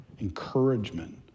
encouragement